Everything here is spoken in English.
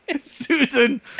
Susan